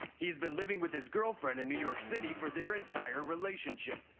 he's been living with his girlfriend in new york city for their entire relationship.